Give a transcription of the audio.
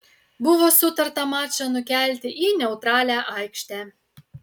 buvo sutarta mačą nukelti į neutralią aikštę